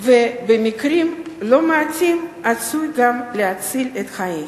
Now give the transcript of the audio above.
ובמקרים לא מעטים עשוי גם להציל את חייהם.